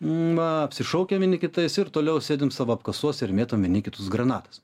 na apsišaukę vieni kitais ir toliau sėdim savo apkasuose ir mėtom vieni į kitus granatas